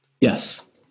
Yes